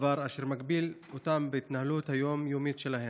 דבר אשר מגביל אותם בהתנהלות היום-יומית שלהם.